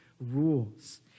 rules